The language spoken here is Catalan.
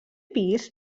pis